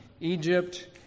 Egypt